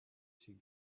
she